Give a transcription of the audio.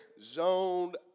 Zoned